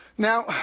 Now